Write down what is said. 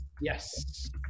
Yes